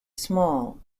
small